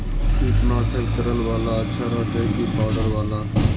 कीटनाशक तरल बाला अच्छा रहतै कि पाउडर बाला?